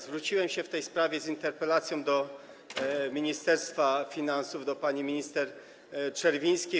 Zwróciłem się w tej sprawie z interpelacją do Ministerstwa Finansów, do pani minister Czerwińskiej.